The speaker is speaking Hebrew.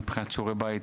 מבחינת שיעורי בית,